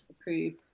approve